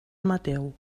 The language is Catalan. mateu